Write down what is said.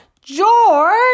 George